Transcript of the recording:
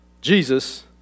Jesus